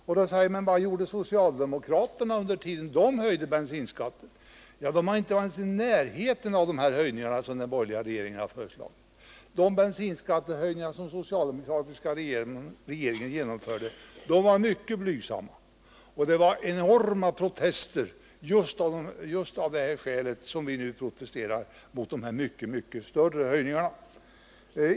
Nu säger man: Vad gjorde socialdemokraterna när de höjde bensinskatten? Ja, då var det fråga om höjningar som inte ligger ens i närheten av de höjningar som den borgerliga regeringen har föreslagit. De höjningar av bensinskatten som den socialdemokratiska regeringen genomförde var mycket blygsamma, men då var det enorma protester, av samma skäl som vi nu protesterar mot dessa mycket, mycket större höjningar.